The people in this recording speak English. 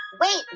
Wait